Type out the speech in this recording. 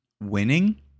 winning